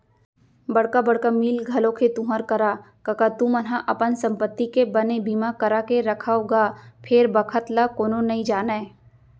बड़का बड़का मील घलोक हे तुँहर करा कका तुमन ह अपन संपत्ति के बने बीमा करा के रखव गा बेर बखत ल कोनो नइ जानय